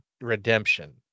Redemption